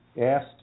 asked